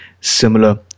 similar